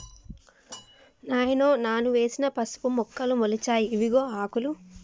నాయనో నాను వేసిన పసుపు మొక్కలు మొలిచాయి ఇవిగో ఆకులు